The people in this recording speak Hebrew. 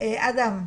אדם,